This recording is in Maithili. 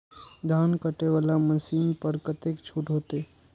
धान कटे वाला मशीन पर कतेक छूट होते?